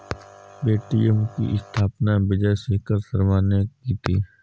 Paytm की स्थापना विजय शेखर शर्मा ने की थी